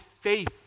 faith